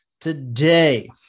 today